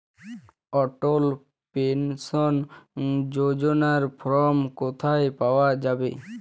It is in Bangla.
অটল পেনশন যোজনার ফর্ম কোথায় পাওয়া যাবে?